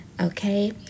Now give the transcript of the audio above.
okay